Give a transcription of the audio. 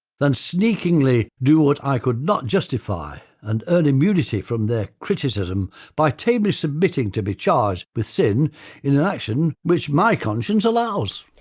than sneakily do what i could not justify, and and immunity from their criticism by tamely submitting to be charged with sin in an action which my conscience allows.